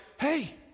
hey